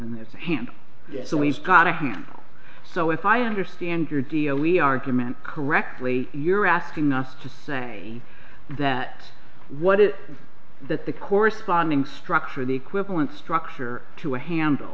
a hand so we've got a handle so if i understand your d o b argument correctly you're asking us to say that what it is that the corresponding structure the equivalent structure to a handle